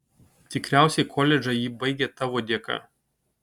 tikriausiai koledžą ji baigė tavo dėka